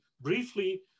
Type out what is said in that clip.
briefly